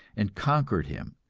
and conquered him,